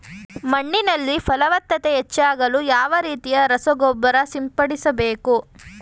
ಮಣ್ಣಿನಲ್ಲಿ ಫಲವತ್ತತೆ ಹೆಚ್ಚಾಗಲು ಯಾವ ರೀತಿಯ ರಸಗೊಬ್ಬರ ಸಿಂಪಡಿಸಬೇಕು?